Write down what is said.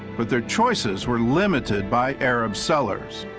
but their choices were limited by arab sellers.